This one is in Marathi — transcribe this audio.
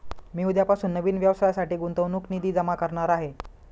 मी उद्यापासून नवीन व्यवसायासाठी गुंतवणूक निधी जमा करणार आहे